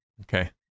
Okay